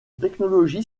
technologie